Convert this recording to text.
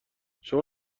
شما